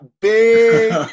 big